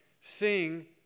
sing